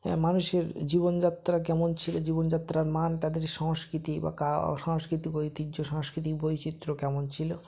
হ্যাঁ মানুষের জীবনযাত্রা কেমন ছিল জীবনযাত্রার মান তাদের সংস্কৃতি বা কা ও সাংস্কৃতিক ঐতিহ্য সাংস্কৃতিক বৈচিত্র্য কেমন ছিল